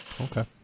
okay